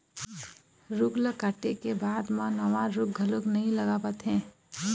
रूख ल काटे के बाद म नवा रूख घलोक नइ लगावत हे